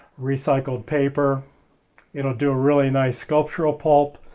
recycled paper it'll do a really nice sculptural pulp.